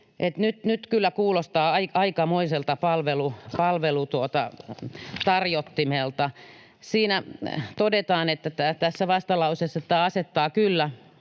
Nyt kyllä kuulostaa aikamoiselta palvelutarjottimelta. Tässä vastalauseessa todetaan, että tämä asettaa kyllä